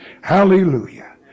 hallelujah